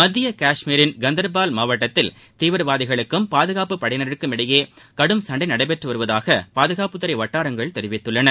மத்திய காஷ்மீரின் கந்தர்பால் மாவட்டத்தில் தீவிரவாதிகளுக்கும் பாதுகாப்புப் படையினருக்கும் இடையே கடும் சண்டை நடைபெற்று வருவதாக பாதுகாப்புத்துறை வட்டாரங்கள் தெரிவித்துள்ளன